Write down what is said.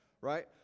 Right